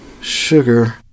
sugar